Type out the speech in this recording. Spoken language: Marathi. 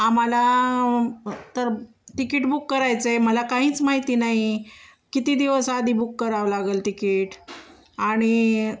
आम्हाला तर तिकीट बुक करायचं आहे मला काहीच माहिती नाही किती दिवस आधी बुक करावं लागंल तिकीट आणि